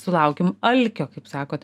sulaukim alkio kaip sakot